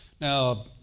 Now